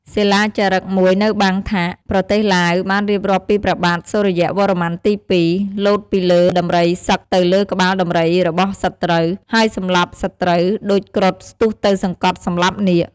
សិលាចារឹកមួយនៅបាងថាក ប្រទេសឡាវ បានរៀបរាប់ពីព្រះបាទសូរ្យវរ្ម័នទី២ លោតពីលើដំរីសឹកទៅលើក្បាលដំរីរបស់សត្រូវ ហើយសម្លាប់សត្រូវដូចគ្រុឌស្ទុះទៅសង្កត់សម្លាប់នាគ។